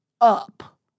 up